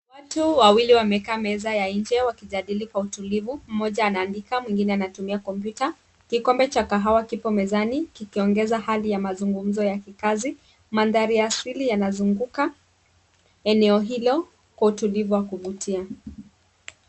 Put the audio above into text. Watu wawili wamekaa meza ya nje wakijadili kwa utulivu. Mmoja anaandika, mwengine anatumia kompyuta. Kikombe cha kahawa kiko mezani kikiongeza hali ya mazungumzo ya kikazi. Mandhari asili yanazunguka eneo hilo kwa utulivu wa kuvutia.